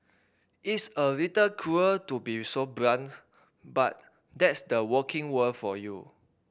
it's a little cruel to be so blunt but that's the working world for you